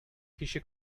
kişi